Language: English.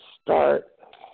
start